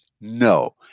No